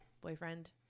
boyfriend